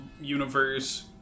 universe